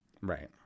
Right